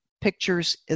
pictures